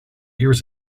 years